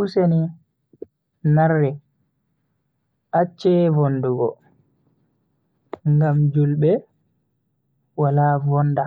Useni narre acche vondugo ngam julbe wala vonda.